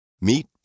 Meet